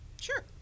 Sure